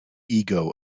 ego